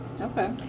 Okay